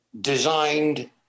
designed